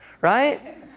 Right